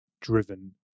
driven